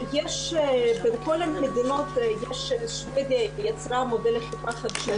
בכל המדינות ששוודיה יצרה מודל לחברה חדשנית.